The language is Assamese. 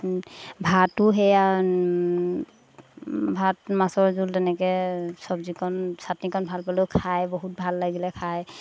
ভাতো সেয়া ভাত মাছৰ জোল তেনেকৈ চব্জিকণ চাটনিকণ ভাল পালোঁ খায় বহুত ভাল লাগিলে খায়